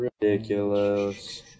Ridiculous